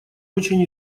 очень